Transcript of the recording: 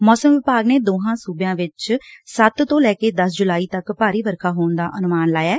ਮੌਸਮ ਵਿਭਾਗ ਨੇ ਦੋਹਾਂ ਸੁਬਿਆਂ ਵਿਚ ਸੱਤ ਤੋਂ ਲੈ ਕੇ ਦਸ ਜੁਲਾਈ ਤੱਕ ਭਾਰੀ ਵਰਖਾ ਹੋਣ ਦਾ ਅਨੁਮਾਨ ਲਾਇਐ